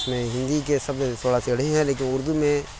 اس میں ہندی کے شبد تھوڑا ٹیڑھے ہیں لیکن اردو میں